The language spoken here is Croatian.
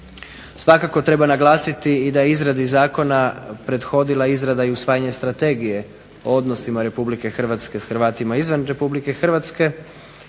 Svakako treba naglasiti i da je izradi zakona prethodila izrada i usvajanje strategije o odnosima Republike Hrvatske s Hrvatima izvan Republike Hrvatske,